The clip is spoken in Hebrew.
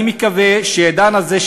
אני מקווה שהעידן הזה,